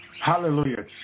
Hallelujah